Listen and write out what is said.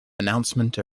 announcement